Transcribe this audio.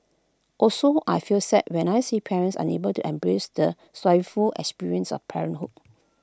also I feel sad when I see parents unable to embrace the experience of parenthood